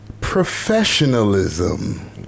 professionalism